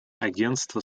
агентство